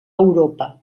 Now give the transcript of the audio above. europa